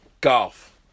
Golf